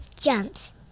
jumps